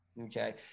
Okay